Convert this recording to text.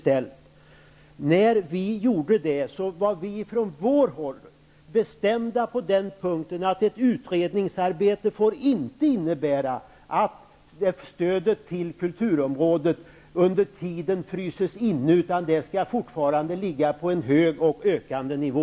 När vi var med om att fatta det beslutet, var vi från vårt håll bestämda på den punkten att ett utredningsarbete inte får innebära att stödet till kulturområdet under tiden fryses inne, utan det skall fortfarande ligga på en hög och ökande nivå.